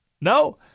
No